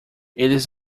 eles